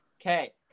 okay